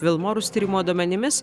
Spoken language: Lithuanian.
vilmorus tyrimo duomenimis